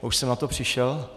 A už jsem na to přišel.